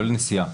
לא נסיעה.